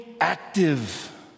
Active